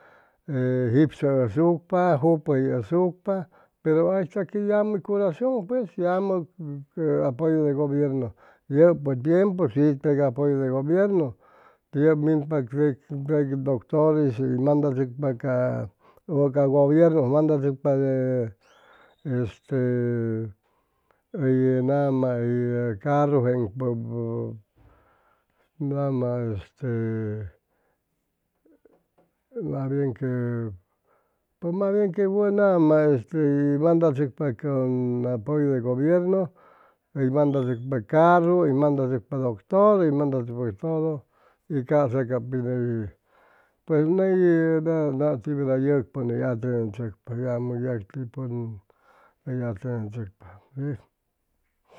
E jipsʉ asucpa jupʉyʉ asucpa pero haysta que yamʉ curacion pues yamʉ apoyʉ de gobiernu yapʉ tiempu si teg apoyo de gobiernu teg minpa tec doctor hʉy mandachʉcpa ca gobiernu mandachʉcpa de este hoy nama hʉy carrujeŋpʉp nama este mas bien que pʉj mas bien que nama este mandachʉcpa a apoyo de gobiernu hʉy mandachʉcpa carru hʉy mandachʉcpa doctor hʉy mandachʉcpa todo y ca'sa ca pit hʉy ney nati verda yeg pʉn hʉy atendechʉcpa yamʉ yacti pʉn hʉy atendechʉcpa